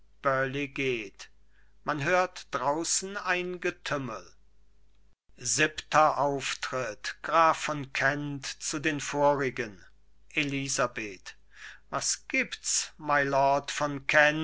man hört draußen ein getümmel graf von kent zu den vorigen elisabeth was gibt's mylord von